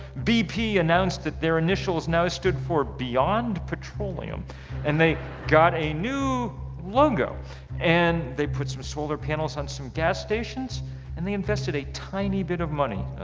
bp announced that their initials now stand for beyond petroleum and they got a new logo and put some solar panels on some gas stations and they invested a tiny bit of money,